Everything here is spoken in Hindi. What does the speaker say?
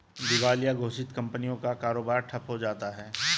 दिवालिया घोषित कंपनियों का कारोबार ठप्प हो जाता है